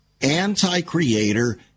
anti-creator